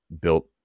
built